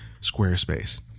Squarespace